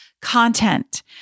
content